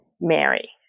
Mary